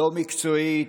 לא מקצועית,